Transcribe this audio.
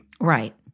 Right